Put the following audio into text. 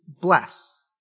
bless